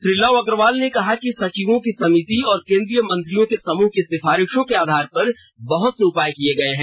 श्री लव अग्रवाल ने कहा कि सचिवों की समिति और केन्द्रीय मंत्रियों के समूह की सिफारिशों के आधार पर बहत से उपाय किए गए हैं